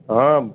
हाँ